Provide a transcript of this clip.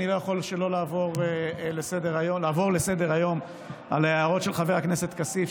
אני לא יכול לעבור לסדר-היום על ההערות של חבר הכנסת כסיף,